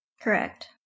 Correct